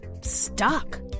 stuck